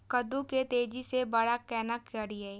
कद्दू के तेजी से बड़ा केना करिए?